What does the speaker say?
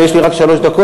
ויש לי רק שלוש דקות,